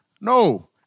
No